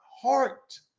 Heart